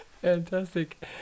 Fantastic